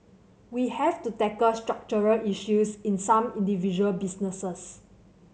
we have to tackle structural issues in some individual businesses